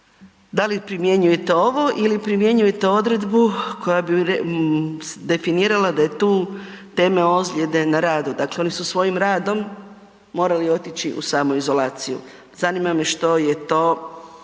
da li primjenjujete ovo ili primjenjujete odredbu koja bi definirala da je tu tema ozljede na radu, dakle oni su svojim radom morali otići u samoizolaciju, zanima me što je to